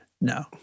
No